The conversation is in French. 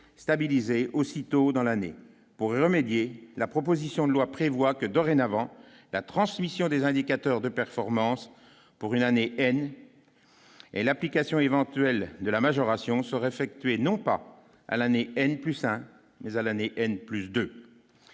pas donné aussi tôt dans l'année pour remédier la proposition de loi prévoit que, dorénavant, la transmission des indicateurs de performance pour une année et l'application éventuelle de la majoration serait effectué non pas à l'année N plus sain, mais à l'année N plus de